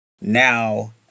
now